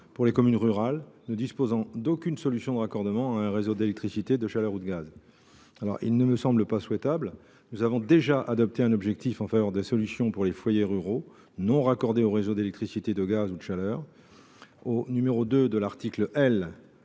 pour les communes rurales ne disposant d’aucune solution de raccordement à un réseau d’électricité, de chaleur ou de gaz. Leur adoption ne me semble pas souhaitable : nous avons déjà inscrit un objectif en faveur des solutions pour les foyers ruraux non raccordés aux réseaux d’électricité, de gaz ou de chaleur au 2° de l’article L.